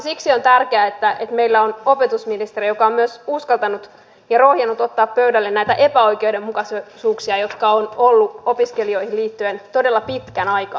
siksi on tärkeää että meillä on opetusministeri joka on myös uskaltanut ja rohjennut ottaa pöydälle näitä epäoikeudenmukaisuuksia joita on ollut opiskelijoihin liittyen todella pitkän aikaa